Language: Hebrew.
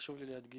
חשוב לי להדגיש,